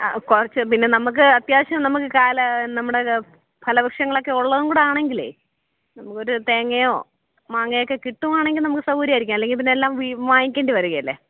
ആ കുറച്ച് പിന്നെ നമുക്ക് അത്യാവശ്യം നമുക്ക് കാല് നമ്മുടെ ഫല വൃക്ഷങ്ങളൊക്കെ ഉള്ളതു കൂറ്റിയാണെങ്കിലെ നമുക്കൊരു തേങ്ങയോ മാങ്ങയൊക്കെ കിട്ടുകയാണെങ്കിൽ നമുക്ക് സൗകര്യമായിരിക്കും അല്ലെങ്കിൽപ്പിന്നെല്ലാം വീ വാങ്ങിക്കേണ്ടി വരികയില്ലെ